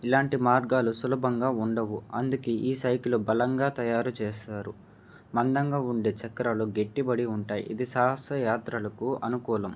ఇలాంటి మార్గాలు సులభంగా ఉండవు అందుకే ఈ సైకిలు బలంగా తయారు చేస్తారు మందంగా ఉండే చక్రాలు గట్టిబడి ఉంటాయి ఇది సాహస యాత్రలకు అనుకూలం